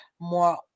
more